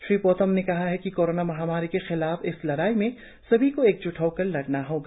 श्री पोतम ने कहा कि कोरोना महामारी के खिलाफ इस लड़ाई को सभी को एक जूट होकर लड़ना होगा